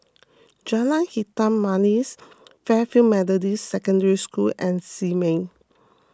Jalan Hitam Manis Fairfield Methodist Secondary School and Simei